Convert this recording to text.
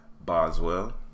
Boswell